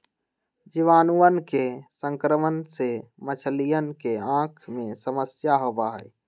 जीवाणुअन के संक्रमण से मछलियन के आँख में समस्या होबा हई